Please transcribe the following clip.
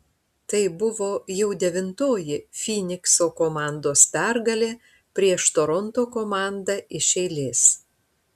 tai buvo jau devintoji fynikso komandos pergalė prieš toronto komandą iš eilės